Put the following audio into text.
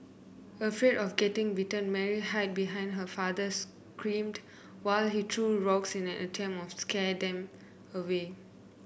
afraid of getting bitten Mary hid behind her father screamed while he threw rocks in an attempt of scare them away